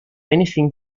anything